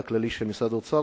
מנכ"ל משרד האוצר.